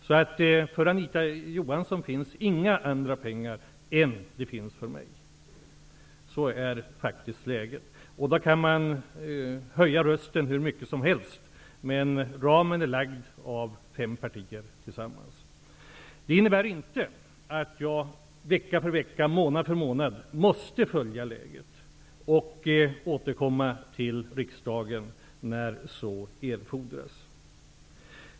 Det finns inga andra pengar för Anita Johansson än det finns för mig. Så är faktiskt läget. Man kan höja rösten hur mycket som helst, men ramen är fastställd av fem partier tillsammans. Det innebär inte att jag vecka för vecka, månad för månad måste följa läget och återkomma till riksdagen när så erfordras.